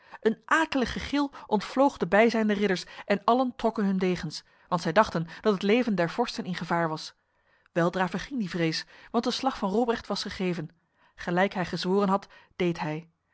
een akelige gil ontvloog de bijzijnde ridders en allen trokken hun degens want zij dachten dat het leven der vorsten in gevaar was weldra verging die vrees want de slag van robrecht was gegeven gelijk hij gezworen had deed hij